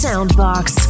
Soundbox